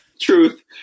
Truth